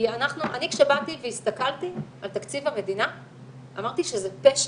אני כשבאתי והסתכלתי על תקציב המדינה אמרתי שזה פשע,